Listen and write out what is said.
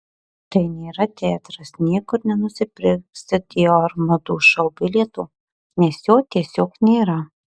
tai nėra teatras niekur nenusipirksi dior madų šou bilieto nes jo tiesiog nėra